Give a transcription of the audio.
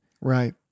Right